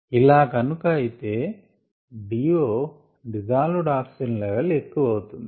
ఇలాగనుక అయితే DO dissolved oxygen level ఎక్కువ అవుతుంది